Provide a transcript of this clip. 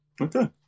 Okay